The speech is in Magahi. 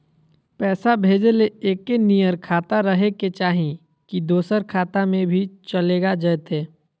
पैसा भेजे ले एके नियर खाता रहे के चाही की दोसर खाता में भी चलेगा जयते?